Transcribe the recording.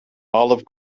olive